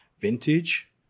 Vintage